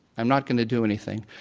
i'm not going to do anything,